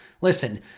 Listen